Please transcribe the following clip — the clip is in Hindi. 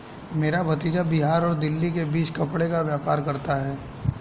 मेरा भतीजा बिहार और दिल्ली के बीच कपड़े का व्यापार करता है